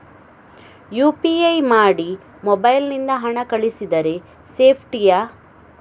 UPI ಮಾಡಿ mobile ನಿಂದ ಹಣ ಕಳಿಸಿದರೆ ಸೇಪ್ಟಿಯಾ?